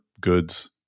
goods